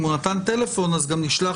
אם הוא נתן טלפון אז זה גם נשלח.